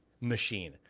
machine